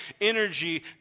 energy